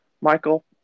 Michael